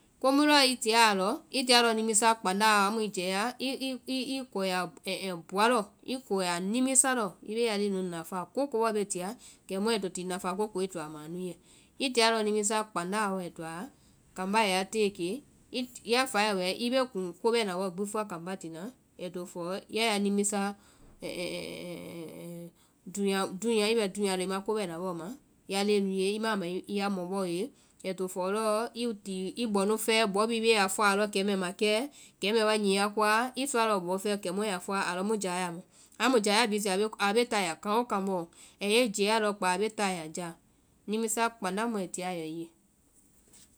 Komu lɔɔ i tia a lɔ, i tia lɔɔ nimisá kpandá lɔ, amu i jɛɛ i kɔyaa bua lɔ, i kɔyaa nimisa lɔ, i bee ya leŋɛ nu nafáa, kooko bɔɔ bee tia kɛmu kuŋ tia nafá ko ko i to a ma anu ye. I tia lɔɔ nimisá kpandá lɔ wa ai toa kambá ai ya tée kee, ya fáae wɛ i bee kuŋ koo ko fɔa kambá tina, ai to fɔɔ ya ya nimisá i bɛ dúunyaa lɔ i ma kobɛna bɔɔ ma ya leŋɛ nu ye, i ma a ma ya mɔ bɔɔ ye ai to fɔɔ lɔɔ i ti i bɔnu fɛɛ, bɔ bhii bee a fɔa a lɔ kɛmɛɛ makɛɛ, kɛmɛɛ wa nyi ya koa, i sɔa lɔɔ bɔ fɛɛ kemu yaa fɔa alɔ jayaa ma, jayaa bhii zii be táa i la kaŋgokaŋ bɔɔ a yɛ i jɛɛ ya kpáa a bee táa i la jáa, nimisa kpandá mu ai tia wɛ i ye.